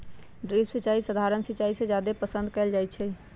drip सिंचाई सधारण सिंचाई से जादे पसंद कएल जाई छई